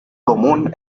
común